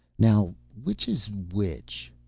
now, which is which?